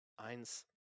Eins